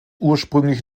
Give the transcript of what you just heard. ursprünglich